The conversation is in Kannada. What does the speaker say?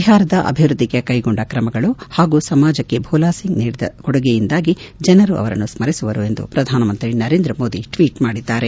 ಬಿಹಾರದ ಅಭಿವೃದ್ದಿಗೆ ಕೈಗೊಂಡ ಕ್ರಮಗಳು ಹಾಗೂ ಸಮಾಜಕ್ಕೆ ಭೋಲಾ ಸಿಂಗ್ ನೀಡಿದ ಕೊಡುಗೆಯಿಂದಾಗಿ ಜನರು ಸ್ಮರಿಸುವರು ಎಂದು ಪ್ರಧಾನಮಂತ್ರಿ ನರೇಂದ್ರ ಮೋದಿ ಟ್ವೀಟ್ ಮಾಡಿದ್ದಾರೆ